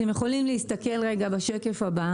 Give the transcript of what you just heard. אתם יכולים לראות בשקף הבא